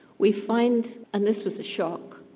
we find, and this was a shock,